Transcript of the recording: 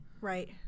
Right